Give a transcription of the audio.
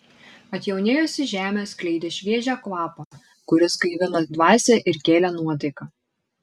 atjaunėjusi žemė skleidė šviežią kvapą kuris gaivino dvasią ir kėlė nuotaiką